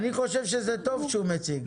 אני חושב שזה טוב שהוא מציג,